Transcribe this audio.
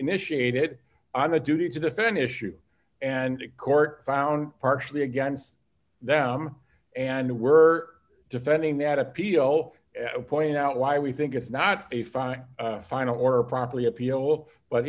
initiated on a duty to defend issue and a court found partially against them and were defending that appeal pointing out why we think it's not a fine fine or properly appeal but